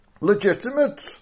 legitimate